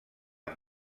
amb